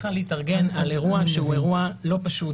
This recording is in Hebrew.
צריכה להתארגן על אירוע שהוא אירוע לא פשוט.